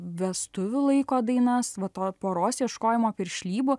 vestuvių laiko dainas va to poros ieškojimo piršlybų